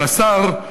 אבל השר,